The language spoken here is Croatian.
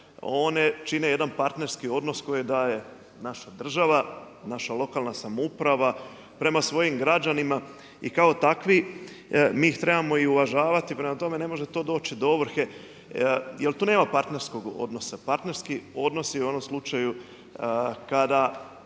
one čine jedan partnerski odnos koji daje naša država, naša lokalna samouprava prema svojim građanima i kao takvi mi ih trebamo i uvažavati, prema tome ne može to doći do ovrhe jel tu nema partnerskog odnosa. Partnerski odnosi u onom slučaju kada